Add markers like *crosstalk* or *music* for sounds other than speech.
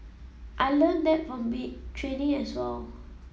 I learnt that from *unintelligible* training as well